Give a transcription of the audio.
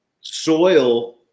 soil